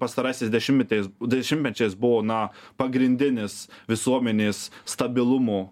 pastarasis dešimtmetis dešimtmečiais buvo na pagrindinis visuomenės stabilumo